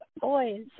boys